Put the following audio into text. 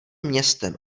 městem